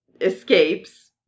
escapes